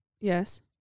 Yes